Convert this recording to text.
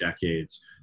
decades